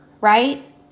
right